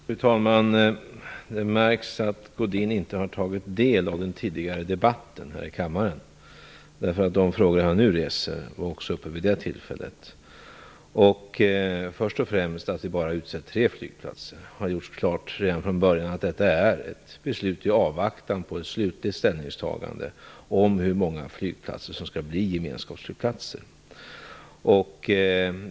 Fru talman! Det märks att Godin inte har tagit del av den tidigare debatten här i kammaren. De frågor som han nu reser var uppe också vid det tillfället. Vad först gäller det förhållandet att det utsetts bara tre gemenskapsflygplatser har det redan från början gjorts klart att det är ett beslut i avvaktan på ett slutligt ställningstagande om hur många flygplatser som skall bli gemenskapsflygplatser.